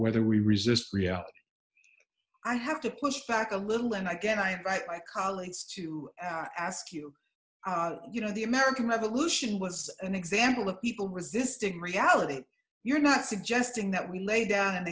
whether we resist reality i have to push back a little and again i have colleagues to ask you you know the american revolution was an example of people resisting reality you're not suggesting that we lay down and